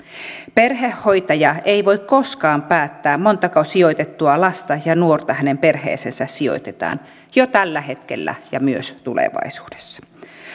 perhehoitaja ei voi koskaan päättää montako sijoitettua lasta ja nuorta hänen perheeseensä sijoitetaan jo tällä hetkellä ja myös tulevaisuudessa